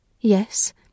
Yes